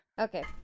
Okay